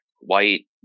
white